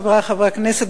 חברי חברי הכנסת,